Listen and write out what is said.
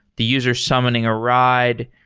the user summoning a ride,